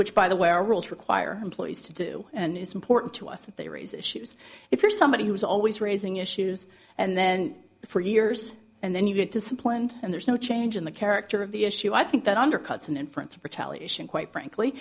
which by the way our rules require employees to do and it's important to us that they raise issues if you're somebody who's always raising issues and then for years and then you get disciplined and there's no change in the character of the issue i think that undercuts an inference for television quite frankly